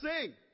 sing